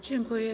Dziękuję.